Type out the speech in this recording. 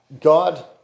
God